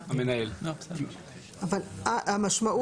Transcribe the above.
זאת הקלה די משמעותית.